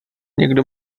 nikdo